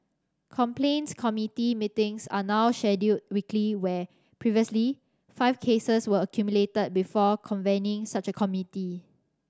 complaints committee meetings are now scheduled weekly where previously five cases were accumulated before convening such a committee